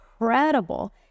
incredible